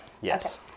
Yes